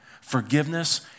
Forgiveness